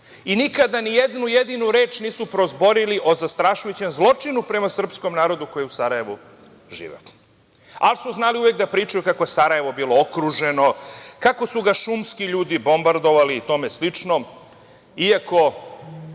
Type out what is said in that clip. otišlo. Nikada nijednu jedinu reč nisu prozborili o zastrašujućem zločinu prema srpskom narodu koji je u Sarajevu živeo, ali su znali uvek da pričaju kako je Sarajevo bilo okruženo, kako su ga šumski ljudi bombardovali i tom slično, iako